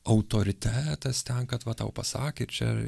autoritetas ten kad va tau pasakė čia